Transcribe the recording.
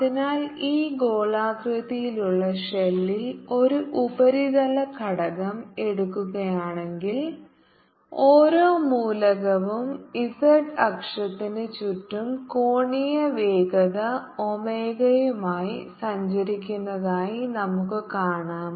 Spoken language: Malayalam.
അതിനാൽ ഈ ഗോളാകൃതിയിലുള്ള ഷെല്ലിൽ ഒരു ഉപരിതല ഘടകം എടുക്കുകയാണെങ്കിൽ ഓരോ മൂലകവും z അക്ഷത്തിന് ചുറ്റും കോണീയ വേഗത ഒമേഗയുമായി സഞ്ചരിക്കുന്നതായി നമുക്ക് കാണാം